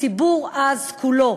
הציבור אז, כולו,